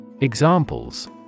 Examples